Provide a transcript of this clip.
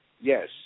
Yes